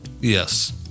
Yes